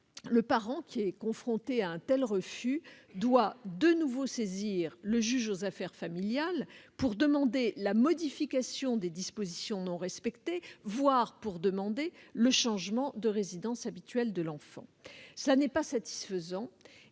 le parent qui est confronté à un tel refus doit de nouveau saisir le juge aux affaires familiales pour solliciter la modification des dispositions non respectées, voire le changement de résidence habituelle de l'enfant. Cela n'est pas satisfaisant.